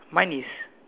mine is